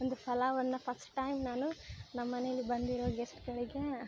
ಒಂದು ಫಲವನ್ನು first time ನಾನು ನಮ್ಮ ಮನೇಲಿ ಬಂದಿರೋ ಗೆಸ್ಟ್ಗಳಿಗೆ